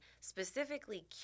specifically